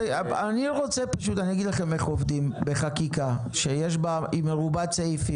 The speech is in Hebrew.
אני אגיד לכם איך עובדים בחקיקה שהיא מרובת סעיפים.